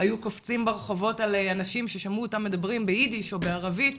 והיו קופצים ברחובות על אנשים ששמעו אותם מדברים באידיש או בערבית,